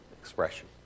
expression